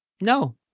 no